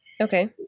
Okay